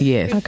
Yes